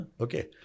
Okay